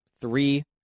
three